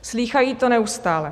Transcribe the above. Slýchají to neustále.